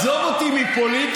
עזוב אותי מפוליטיקה.